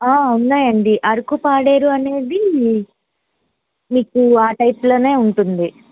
ఉన్నాయండి అరకు పాడేరు అనేది మీకు ఆ టైప్ లోనే ఉంటుంది